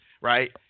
right